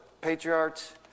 patriarchs